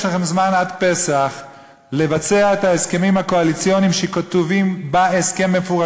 יש לכם זמן עד פסח לבצע את ההסכמים הקואליציוניים שכתובים מפורשות.